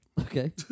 Okay